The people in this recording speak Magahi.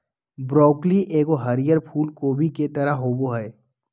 ब्रॉकली एगो हरीयर फूल कोबी के तरह होबो हइ